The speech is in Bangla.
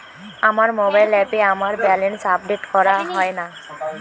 আমার মোবাইল অ্যাপে আমার ব্যালেন্স আপডেট করা হয় না